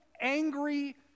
angry